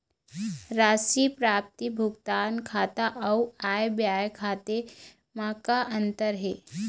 राशि प्राप्ति भुगतान खाता अऊ आय व्यय खाते म का अंतर हे?